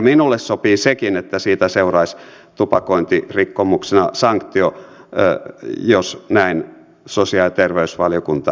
minulle sopii sekin että siitä seuraisi tupakointirikkomuksena sanktio jos näin sosiaali ja terveysvaliokunta asian harkitsee